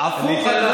הפוך.